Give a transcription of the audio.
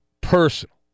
personal